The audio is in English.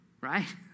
right